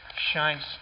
shines